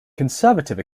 conservative